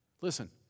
Listen